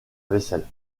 vaisselle